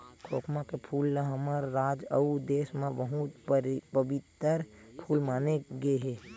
खोखमा के फूल ल हमर राज अउ देस म बहुत पबित्तर फूल माने गे हे